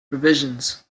provisions